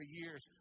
years